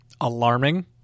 Alarming